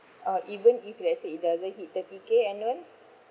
uh even if let's say it doesn't hit thirty K annual